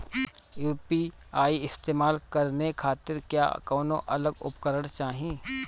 UPI इस्तेमाल करने खातिर क्या कौनो अलग उपकरण चाहीं?